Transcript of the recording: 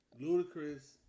Ludacris